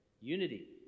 unity